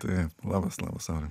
taip labas labas aurimai